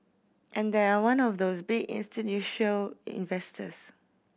and they are one of those big investors